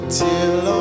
till